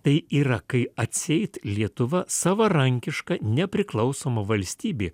tai yra kai atseit lietuva savarankiška nepriklausoma valstybė